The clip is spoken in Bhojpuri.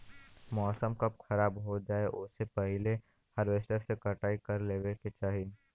मौसम कब खराब हो जाई ओसे पहिले हॉरवेस्टर से कटाई कर लेवे के चाही